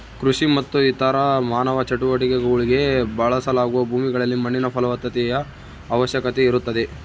ಕೃಷಿ ಮತ್ತು ಇತರ ಮಾನವ ಚಟುವಟಿಕೆಗುಳ್ಗೆ ಬಳಸಲಾಗುವ ಭೂಮಿಗಳಲ್ಲಿ ಮಣ್ಣಿನ ಫಲವತ್ತತೆಯ ಅವಶ್ಯಕತೆ ಇರುತ್ತದೆ